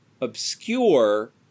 obscure